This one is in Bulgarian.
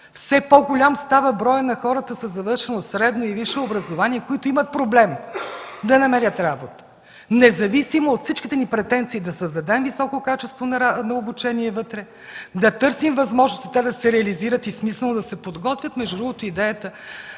Все по-голям става броят на хората със завършено средно и висше образование, които имат проблеми да намерят работа, независимо от всичките ни претенции да създадем високо качество на обучение вътре, да търсим възможности те да се реализират и в смисъл те да се подготвят. Между другото идеята